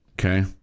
Okay